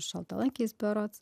šaltalankiais berods